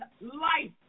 life